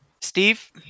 Steve